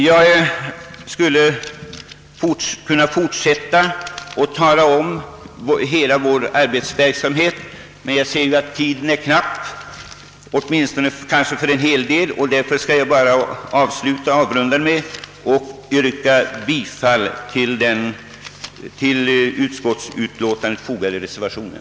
Jag skulle kunna fortsätta att här tala om vår verksamhet, men tiden är knapp och därför skall jag bara runda av med att yrka bifall till den vid utskottets utlåtande fogade reservationen.